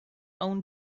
own